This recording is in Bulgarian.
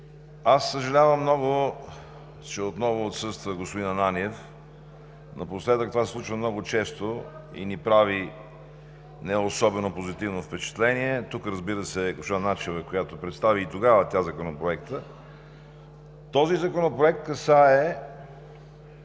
Съжалявам много, че отново отсъства господин Ананиев. Напоследък това се случва много често и ни прави не особено позитивно впечатление. Тук, разбира се, е госпожа Начева, която представи и тогава Законопроекта. Този законопроект касае